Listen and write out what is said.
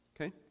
Okay